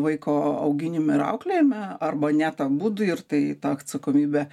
vaiko auginime ir auklėjime arba net abudu ir tai ta atsakomybė